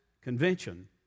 Convention